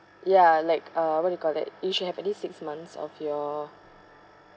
ya like uh what you call that you should have at least six months of your